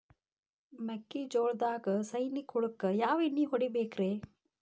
ಮೆಕ್ಕಿಜೋಳದಾಗ ಸೈನಿಕ ಹುಳಕ್ಕ ಯಾವ ಎಣ್ಣಿ ಹೊಡಿಬೇಕ್ರೇ?